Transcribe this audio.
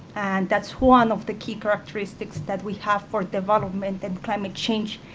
that's one of the key characteristics that we have for development and climate change,